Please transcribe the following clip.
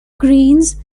greens